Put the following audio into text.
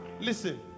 listen